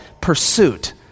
pursuit